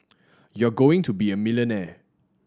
you're going to be a millionaire